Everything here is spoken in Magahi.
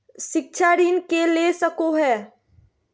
शिक्षा ऋण के ले सको है?